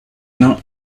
not